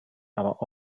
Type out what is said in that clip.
aber